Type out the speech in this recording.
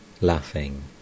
laughing